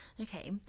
Okay